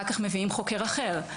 אחר כך מביאים חוקר אחר.